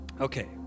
Okay